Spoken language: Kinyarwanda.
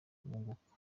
wunguka